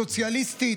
סוציאליסטית,